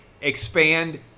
expand